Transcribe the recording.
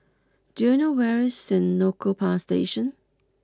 do you know where is Senoko Power Station